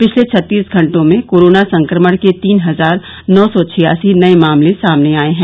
पिछले छत्तीस घटों में कोरोना संक्रमण के तीन हजार नौ सौ छियासी नए मामले सामने आये हैं